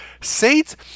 Saints